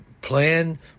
plan